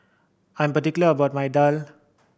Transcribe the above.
I'm particular about my daal